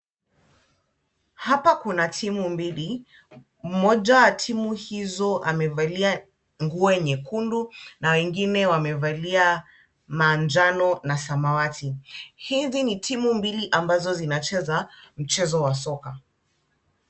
Hapa kuna timu mbili. Mmoja wa timu hizo amevalia nguo nyekundu na wengine wamevalia manjano na samawati. Hizi ni timu mbili ambazo zinacheza mchezo wa soka.